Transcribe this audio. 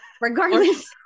regardless